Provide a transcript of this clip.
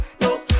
no